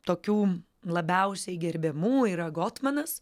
tokių labiausiai gerbiamų yra gotmanas